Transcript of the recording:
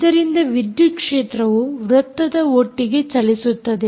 ಇದರಿಂದ ವಿದ್ಯುತ್ ಕ್ಷೇತ್ರವು ವೃತ್ತದ ಒಟ್ಟಿಗೆ ಚಲಿಸುತ್ತದೆ